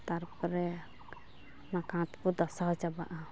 ᱛᱟᱨᱯᱚᱨᱮ ᱠᱟᱸᱛ ᱠᱚ ᱫᱷᱟᱥᱟᱣ ᱪᱟᱵᱟᱜᱼᱟ